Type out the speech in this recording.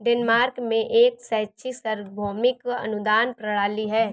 Denmark में एक शैक्षिक सार्वभौमिक अनुदान प्रणाली है